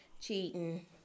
cheating